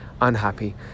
unhappy